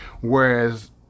whereas